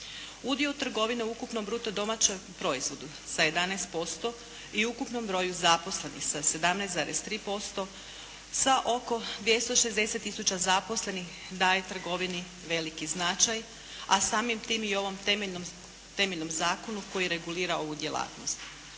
Udio trgovine u ukupnom bruto domaćem proizvodu sa 11% i ukupnom broju zaposlenih sa 17,3%, sa oko 260000 zaposlenih daje trgovini veliki značaj, a samim tim i ovom temeljnom zakonu koji regulira ovu djelatnost.